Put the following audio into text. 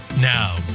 Now